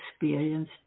experience